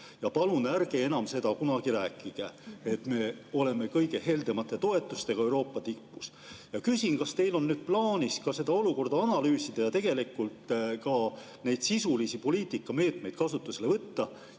Palun ärge enam kunagi rääkige, et me oleme kõige heldemate toetustega Euroopa tipus. Küsin, kas teil on nüüd plaanis seda olukorda analüüsida ja ka sisulisi poliitikameetmeid kasutusele võtta.